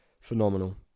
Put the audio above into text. Phenomenal